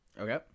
Okay